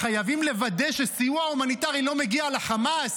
חייבים לוודא שסיוע הומניטרי לא הגיע לחמאס.